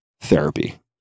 therapy